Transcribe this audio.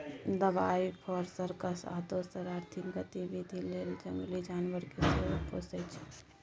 दबाइ, फर, सर्कस आ दोसर आर्थिक गतिबिधि लेल जंगली जानबर केँ सेहो पोसय छै